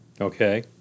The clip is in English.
Okay